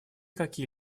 какие